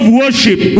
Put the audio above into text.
worship